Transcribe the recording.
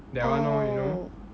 that one lor you know